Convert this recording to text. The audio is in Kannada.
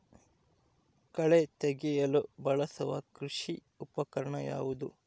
ಕಳೆ ತೆಗೆಯಲು ಬಳಸುವ ಕೃಷಿ ಉಪಕರಣ ಯಾವುದು?